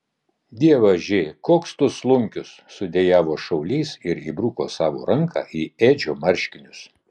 dievaži koks tu slunkius sudejavo šaulys ir įbruko savo ranką į edžio marškinius